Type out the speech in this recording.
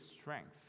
strength